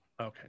Okay